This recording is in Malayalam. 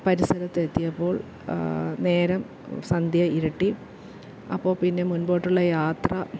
പരിസരത്തെത്തിയപ്പോൾ നേരം സന്ധ്യ ഇരുട്ടി അപ്പോൾ പിന്നെ മുൻപോട്ടുള്ള യാത്ര